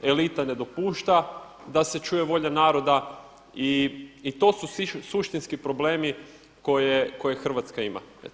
Elita ne dopušta da se čuje volja naroda i to su suštinski problemi koje Hrvatska ima.